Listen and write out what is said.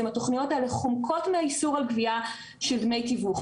התוכניות האלה חומקות מהאיסור על גבייה של דמי תיווך,